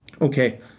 okay